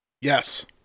Yes